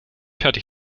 fertig